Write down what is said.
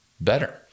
better